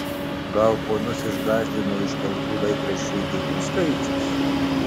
gal ponus išgąsdino iškeltų laikraščiui bylų skaičius